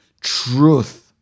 Truth